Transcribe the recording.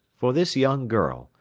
for this young girl,